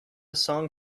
song